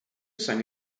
sang